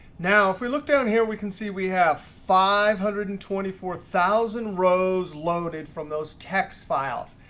now if we look down here, we can see we have five hundred and twenty four thousand rows loaded from those text files.